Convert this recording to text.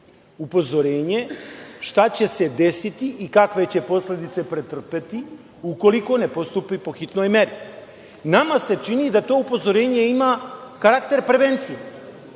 Upozorenje šta će se desiti i kakve će posledice pretrpeti ukoliko ne postupi po hitnoj meri. Nama se čini da to upozorenje ima karakter prevencije,